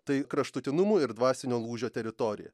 tai kraštutinumų ir dvasinio lūžio teritorija